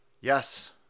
yes